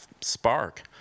spark